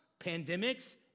pandemics